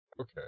Okay